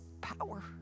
power